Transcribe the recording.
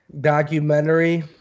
documentary